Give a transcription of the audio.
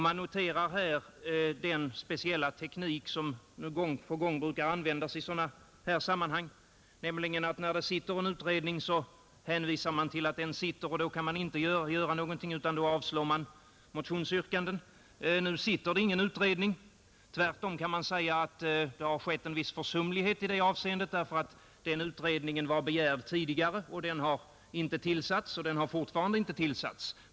Jag noterar här den speciella teknik som gång på gång används i liknande sammanhang. När en utredning är tillsatt hänvisar man till att utredning pågår och att man därför inte kan göra någonting utan måste avslå motionsyrkandena. Nu sitter det emellertid inte någon utredning; tvärtom kan man säga att det har förekommit en viss försumlighet i det avseendet därför att en utredning var begärd tidigare. Den har fortfarande inte tillsatts.